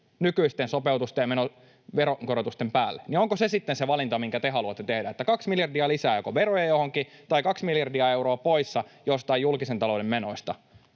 nykyisten sopeutusten ja veronkorotusten päälle. Onko se sitten se valinta, minkä te haluatte tehdä, että joko kaksi miljardia lisää veroja johonkin tai kaksi miljardia euroa pois jostain julkisen talouden menoista?